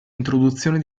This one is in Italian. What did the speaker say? introduzione